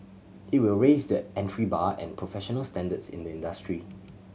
it will raise the entry bar and professional standards in the industry